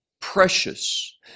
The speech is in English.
precious